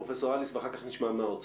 פרופ' אליס, בבקשה, ואחר כך נשמע מהאוצר.